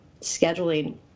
scheduling